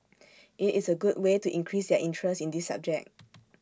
IT is A good way to increase their interest in this subject